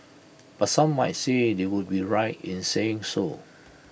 but some might say they would be right in saying so